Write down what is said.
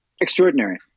Extraordinary